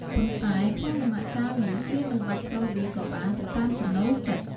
ប៉ុន្តែក្នុងដំណាក់កាលនេះគេមិនបាច់ស្រុះវាក៏បានទៅតាមចំណូលចិត្ត។